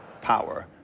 Power